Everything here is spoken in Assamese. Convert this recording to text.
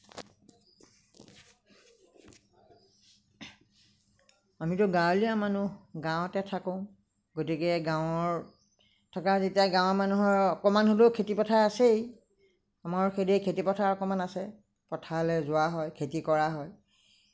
গাৱলীয়া মানুহ গাওঁতে থাকো গতিকে গাওঁৰ থকা যেতিয়া গাওঁৰ মানুহৰ অকণমান হ'লেও খেতি পথাৰ আছেই আমাৰো সেইদৰে খেতি পথাৰ অকণমান আছে পথাৰলৈ যোৱা হয় খেতি কৰা হয়